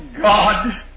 God